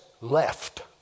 left